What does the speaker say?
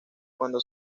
cuando